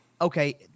okay